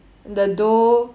the dough